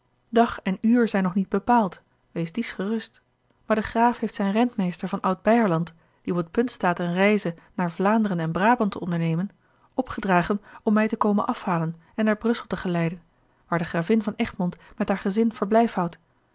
dag en uur zijn nog niet bepaald wees dies gerust maar de graaf heeft zijn rentmeester van oud beierland die op het punt staat eene reize naar vlaanderen en braband te ondernemen opgedragen om mij te komen afhalen en naar brussel te geleiden waar de gravin van egmond met haar gezin verblijf houdt